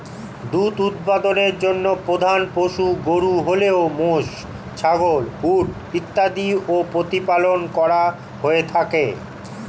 দুধ উৎপাদনের জন্য প্রধান পশু গরু হলেও মোষ, ছাগল, উট ইত্যাদিও প্রতিপালন করা হয়ে থাকে